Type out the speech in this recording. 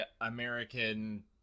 American